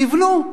תבנו.